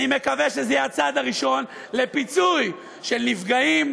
אני מקווה שזה יהיה הצעד הראשון לפיצוי של נפגעים,